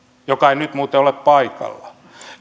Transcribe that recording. joka ei nyt muuten ole paikalla